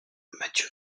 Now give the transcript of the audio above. mathieu